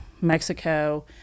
Mexico